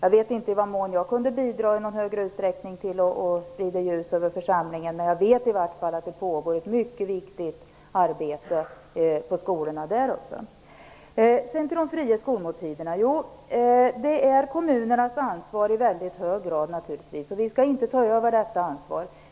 Jag vet inte i vad mån jag kunde bidra i någon större utsträckning till att sprida ljus över församlingen, men jag vet i alla fall att det pågår ett mycket viktigt arbete på skolorna där uppe. De fria skolmåltiderna är i mycket hög grad kommunernas ansvar, och vi skall inte ta över detta ansvar.